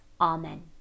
Amen